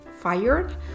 fired